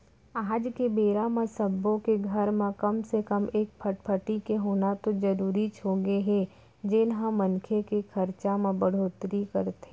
आज के बेरा म सब्बो के घर म कम से कम एक फटफटी के होना तो जरूरीच होगे हे जेन ह मनखे के खरचा म बड़होत्तरी करथे